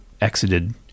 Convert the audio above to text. exited